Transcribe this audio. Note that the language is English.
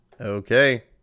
Okay